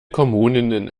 kommunen